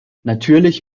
natürlich